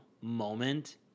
moment